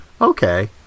okay